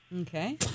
Okay